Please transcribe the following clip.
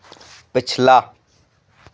पिछला